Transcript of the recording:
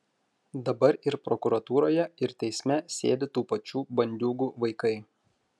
dabar ir prokuratūroje ir teisme sėdi tų pačių bandiūgų vaikai